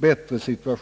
bättre situation.